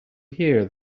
hear